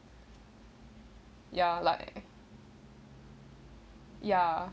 ya like ya